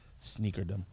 sneakerdom